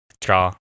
draw